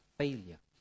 failure